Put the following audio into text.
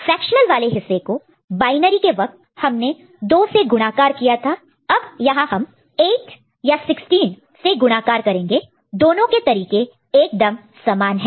fractional वाले हिस्से को बायनरी के वक्त हमने 2 से गुणाकार मल्टीप्लाई multiply किया था अब यहां हम 8 या 16 से गुणाकार मल्टीप्लाई multiply करेंगे दोनों के तरीके एकदम समान है